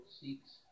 seeks